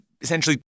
essentially